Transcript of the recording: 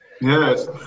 Yes